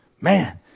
Man